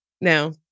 no